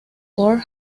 port